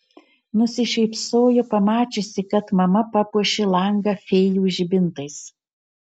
nusišypsojo pamačiusi kad mama papuošė langą fėjų žibintais